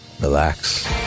relax